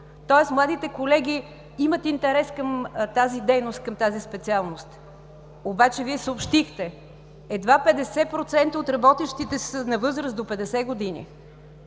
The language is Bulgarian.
Тоест младите колеги имат интерес към тази дейност, към тази специалност, обаче Вие съобщихте, че едва 50% от работещите са на възраст до 55 години.